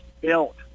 built